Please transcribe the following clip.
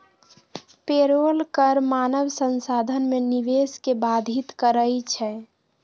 payroll कर मानव संसाधन में निवेश के बाधित करइ छै